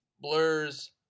Blurs